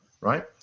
right